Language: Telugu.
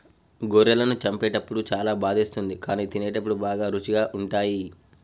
గొర్రెలను చంపేటప్పుడు చాలా బాధేస్తుంది కానీ తినేటప్పుడు బాగా రుచిగా ఉంటాయి